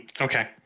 Okay